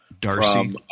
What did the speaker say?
Darcy